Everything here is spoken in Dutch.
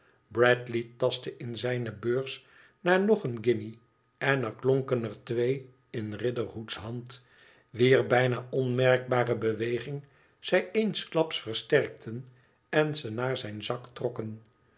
bradley tastte in zijne beurs naar nog een guinje en er klonken er twee in riderhood's hand wier bijna onmerkbare beweging zij eensklaps versterkten en ze naar zijn zak trokken